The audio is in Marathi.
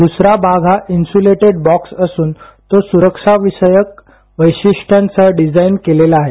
दूसरा भाग हा इन्सुलेटेड बॉक्स असून तो सुरक्षाविषयक वैशिष्ट्यांसह डिझाइन केलेला आहे